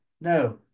No